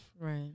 right